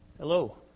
Hello